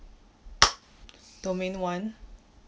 domain one